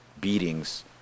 beatings